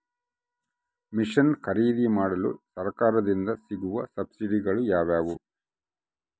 Mission ಖರೇದಿಮಾಡಲು ಸರಕಾರದಿಂದ ಸಿಗುವ ಸಬ್ಸಿಡಿಗಳು ಯಾವುವು?